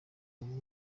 ubu